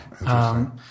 interesting